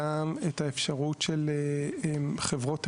אני מבין את ההסתייגות שלך מהסיבה הפשוטה שעד